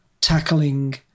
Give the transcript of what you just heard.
tackling